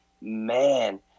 man